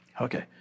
Okay